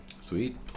Sweet